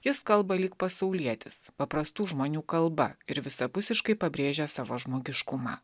jis kalba lyg pasaulietis paprastų žmonių kalba ir visapusiškai pabrėžia savo žmogiškumą